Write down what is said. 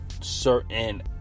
Certain